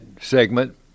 segment